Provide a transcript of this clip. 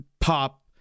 pop